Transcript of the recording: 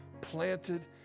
planted